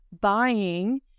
buying